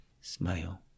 smile